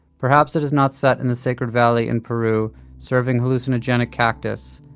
perhaps it is not set in the sacred valley in peru serving hallucinogenic cactus,